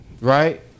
Right